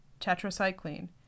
Tetracycline